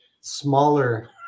smaller